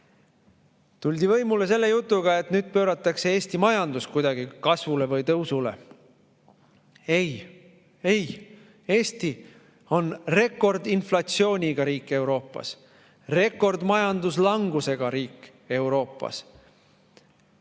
võimule selle jutuga, et nüüd pööratakse Eesti majandus kuidagi kasvule või tõusule. Ei. Ei! Eesti on rekordinflatsiooniga riik Euroopas, rekordilise majanduslangusega riik Euroopas,